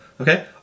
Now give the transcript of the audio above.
okay